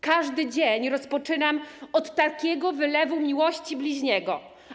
Każdy dzień rozpoczynam od takiego wylewu miłości bliźniego.